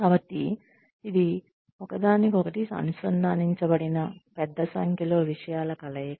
కాబట్టి ఇది ఒకదానికొకటి అనుసంధానించబడిన పెద్ద సంఖ్యలో విషయాల కలయిక